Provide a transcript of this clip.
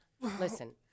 Listen